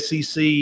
SEC